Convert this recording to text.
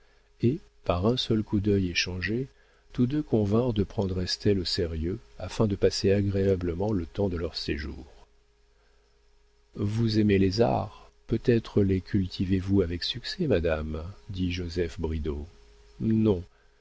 et par un seul coup d'œil échangé tous deux convinrent de prendre estelle au sérieux afin de passer agréablement le temps de leur séjour vous aimez les arts peut-être les cultivez vous avec succès madame dit joseph bridau non